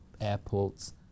airports